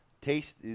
taste